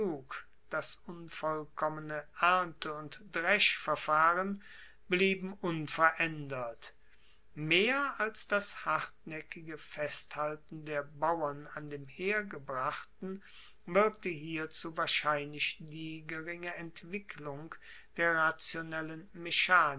das unvollkommene ernte und dreschverfahren blieben unveraendert mehr als das hartnaeckige festhalten der bauern an dem hergebrachten wirkte hierzu wahrscheinlich die geringe entwicklung der rationellen mechanik